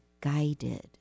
guided